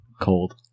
Cold